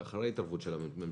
כי הוא אחרי ההתערבות של הממשלה.